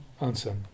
Answer